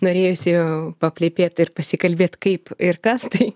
norėjosi paplepėt ir pasikalbėt kaip ir kas tai